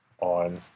on